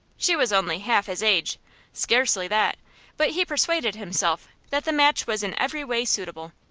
she was only half his age scarcely that but he persuaded himself that the match was in every way suitable.